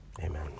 Amen